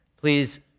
Please